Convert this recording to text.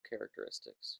characteristics